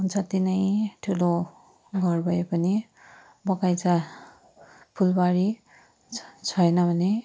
जति नै ठुलो घर भए पनि बगैँचा फुलबारी छ छैन भने